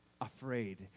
Afraid